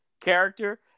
character